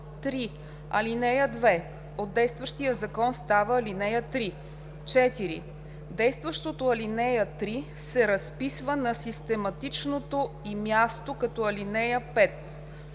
3. ал. 2 от действащия Закон става ал. 3. 4. действащото ал. 3 се разписва на систематичното й място като ал. 5.